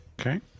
okay